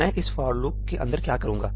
मैं इस for loop के अंदर क्या करूंगा